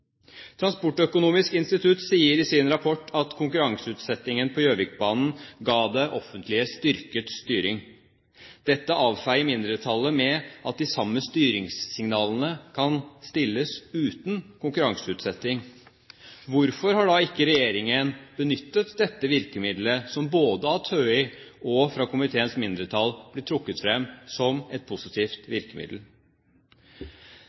Transportøkonomisk institutt sier i sin rapport at konkurranseutsettingen på Gjøvikbanen ga det offentlige styrket styring. Dette avfeier mindretallet med at de samme styringssignalene kan stilles uten konkurranseutsetting. Hvorfor har da ikke regjeringen benyttet dette virkemiddelet, som både av TØI og fra komiteens mindretall blir trukket frem som et positivt